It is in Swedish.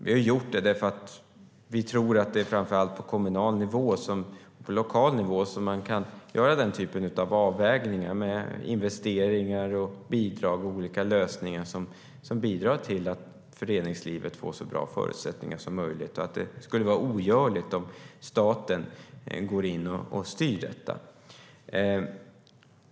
Vi har gjort det så därför att vi tror att det framför allt är på lokal nivå som man kan göra den typen av avvägningar med investeringar, bidrag och olika lösningar som bidrar till att föreningslivet får så bra förutsättningar som möjligt och att det skulle vara ogörligt om staten går in och styr detta.